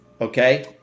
okay